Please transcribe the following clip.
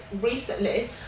recently